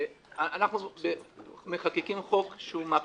אנחנו מחוקקים חוק שהוא מהפכני,